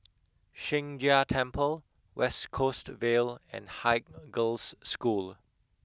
Sheng Jia Temple West Coast Vale and Haig Girls' School